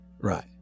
Right